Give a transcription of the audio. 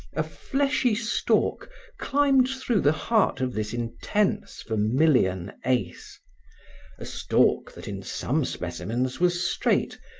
a fleshy stalk climbed through the heart of this intense vermilion ace a stalk that in some specimens was straight,